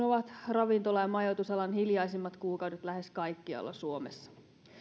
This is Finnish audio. ovat ravintola ja majoitusalan hiljaisimmat kuukaudet lähes kaikkialla suomessa